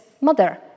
Mother